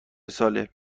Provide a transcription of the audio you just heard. ساله